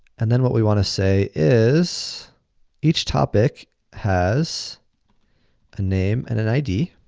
and then, what we wanna say is each topic has a name and an id.